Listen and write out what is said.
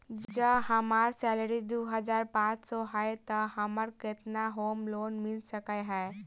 जँ हम्मर सैलरी दु हजार पांच सै हएत तऽ हमरा केतना होम लोन मिल सकै है?